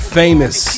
famous